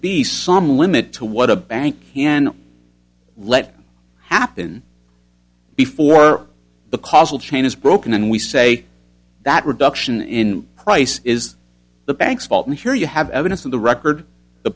some limit to what a bank can let happen before the causal chain is broken and we say that reduction in price is the bank's fault and here you have evidence of the record the